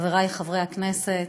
חברי חברי הכנסת,